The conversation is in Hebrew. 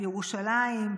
בירושלים,